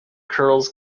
curls